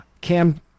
Cam